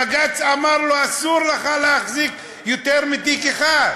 בג"ץ אמר לו: אסור לך להחזיק ביותר מתיק אחד.